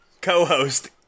co-host